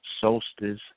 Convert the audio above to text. solstice